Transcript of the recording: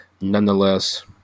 Nonetheless